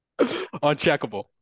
Uncheckable